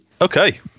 Okay